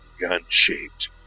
gun-shaped